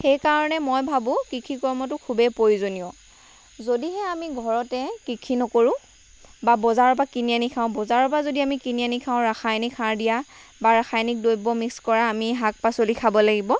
সেইকাৰণে মই ভাবোঁ কৃষি কৰ্মটো খুবেই প্ৰয়োজনীয় যদিহে আমি ঘৰতে কৃষি নকৰোঁ বা বজাৰৰ পৰা আমি কিনি আনি খাওঁ বজাৰৰ পৰা যদি আমি কিনি আনি খাওঁ ৰাসায়নিক সাৰ দিয়া বা ৰাসায়নিক দ্ৰব্য মিক্স কৰা আমি শাক পাচলি খাব লাগিব